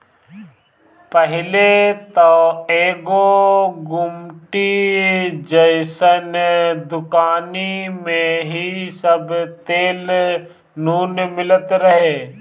पहिले त एगो गुमटी जइसन दुकानी में ही सब तेल नून मिलत रहे